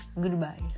Goodbye